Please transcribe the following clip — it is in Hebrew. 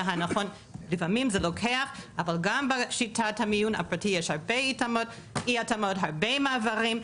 ביניהם זה לוקח זמן אבל גם בשיטה הפרטית זה לוקח הרבה זמן והרבה מעברים.